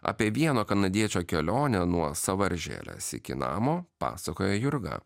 apie vieno kanadiečio kelionę nuo sąvaržėlės iki namo pasakoja jurga